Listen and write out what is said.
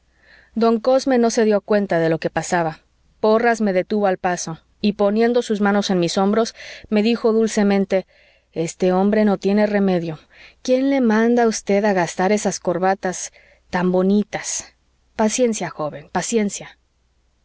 don cosme no se dió cuenta de lo que pasaba porras me detuvo al paso y poniendo sus manos en mis hombros me dijo dulcemente este hombre no tiene remedio quién le manda a usted gastar esas corbatas tan bonitas paciencia joven paciencia